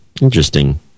Interesting